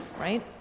right